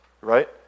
right